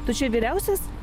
tu čia vyriausias